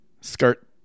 skirt